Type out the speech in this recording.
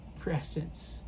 presence